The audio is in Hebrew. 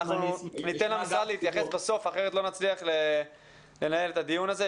ניתן למשרד להתייחס בסוף כי אחרת לא נצליח לנהל את הדיון הזה.